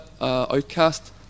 outcast